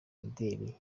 imideli